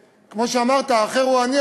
וכמו שאמרת, האחר הוא אני.